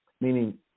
meaning